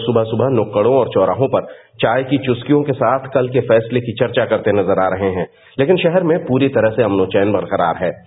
लोग सुबह सुबह नुक्कड़ो और चौराहों पर चाय की चुस्कियों के साथ कल के फैसले की चर्चा करते नजर आ रहे हैं लेकिन शहर में पूरी तरह से अमन चौन बरकरार है